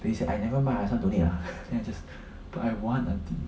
then I said I never buy I also want to make ah then I just but I want aunty